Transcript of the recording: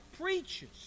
preaches